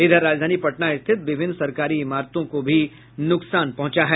इधर राजधानी पटना स्थित विभिन्न सरकारी इमारतों को भी नुकसान पहुंचा है